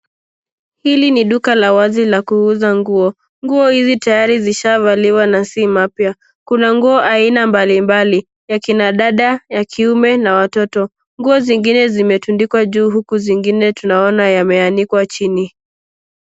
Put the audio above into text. Hili ni duka la wazi la kuuza nguo. Nguo hizi tayari zishavaliwa na si mapya. Kuna nguo aina mbalimbali, ya kina dada, ya kiume na watoto. Nguo zingine zimetundikwa juu uku zingine tunaona yameanikwa chini.